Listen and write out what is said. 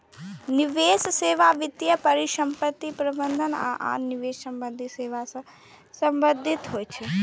निवेश सेवा वित्तीय परिसंपत्ति प्रबंधन आ आन निवेश संबंधी सेवा सं संबंधित होइ छै